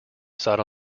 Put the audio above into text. sat